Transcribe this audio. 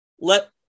let